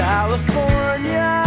California